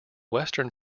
western